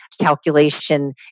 calculation